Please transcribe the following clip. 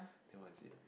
then what is it